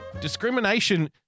Discrimination